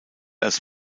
als